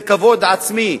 זה כבוד עצמי,